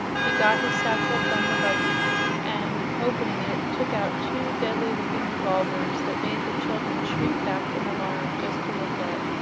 he got his satchel from the buggy and, opening it, took out two deadly looking revolvers that made the children shrink back in alarm just to look at.